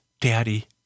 daddy